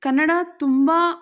ಕನ್ನಡ ತುಂಬ